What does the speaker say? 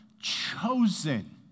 chosen